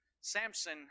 Samson